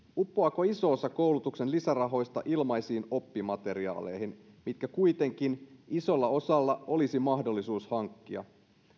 uppoaako iso osa koulutuksen lisärahoista ilmaisiin oppimateriaaleihin mitkä kuitenkin isolla osalla olisi mahdollisuus hankkia